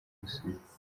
gusoma